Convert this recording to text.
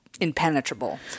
Impenetrable